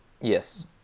Yes